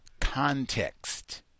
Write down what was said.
context